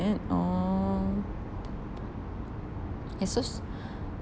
then oh it's so